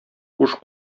куш